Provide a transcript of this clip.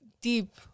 deep